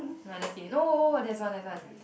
no I just kidding no oh oh there's one there's one